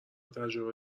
تجربه